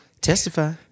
Testify